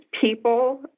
people